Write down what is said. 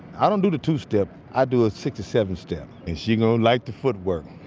i don't do the two step, i do a six to seven step, and she gonna like the footwork.